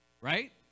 right